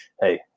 hey